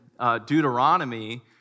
Deuteronomy